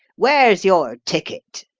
where's your ticket?